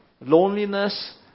loneliness